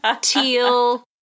teal